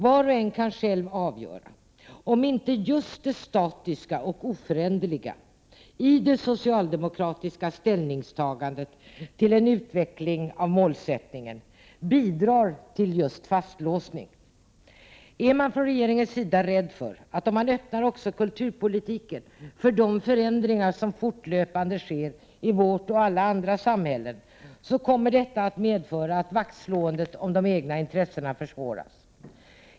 Var och en kan själv avgöra om inte just det statiska och oföränderliga i det socialdemokratiska ställningstagandet när det gäller en utveckling av målsättningen bidrar till just fastlåsning. Är man från regeringens sida rädd för att om man öppnar också kulturpolitiken för de förändringar som fortlöpande sker i vårt och alla andra samhällen, kommer detta att medföra att vaktslåendet om de egna intressena försvåras?